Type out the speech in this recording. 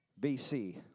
BC